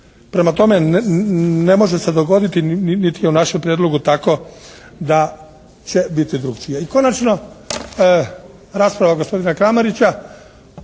Prema tome, ne može se dogoditi niti je u našem prijedlogu tako da će biti drukčije. I konačno, rasprava gospodina Kramarića.